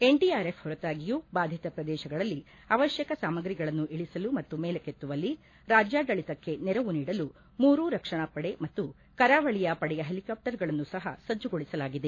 NDRF ಹೊರತಾಗಿಯೂ ಬಾಧಿತ ಪ್ರದೇಶಗಳಲ್ಲಿ ಅವಶ್ಯಕ ಸಾಮಗ್ರಿಗಳನ್ನು ಇಳಿಸಲು ಮತ್ತು ಮೇಲಕ್ಕೆತ್ತುವಲ್ಲಿ ರಾಜ್ನಾಡಳಿತಕ್ಕೆ ನೆರವು ನೀಡಲು ಮೂರು ರಕ್ಷಣಾ ಪಡೆ ಮತ್ತು ಕರಾವಳಿಯ ಪಡೆಯ ಹೆಲಿಕಾಪ್ಸರ್ಗಳನ್ನು ಸಹ ಸಜ್ಲುಗೊಳಿಸಲಾಗಿದೆ